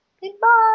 Goodbye